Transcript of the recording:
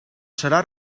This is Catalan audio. serà